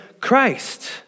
Christ